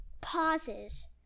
pauses